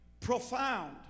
profound